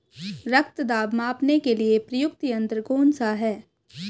रक्त दाब मापने के लिए प्रयुक्त यंत्र कौन सा है?